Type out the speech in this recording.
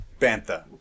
bantha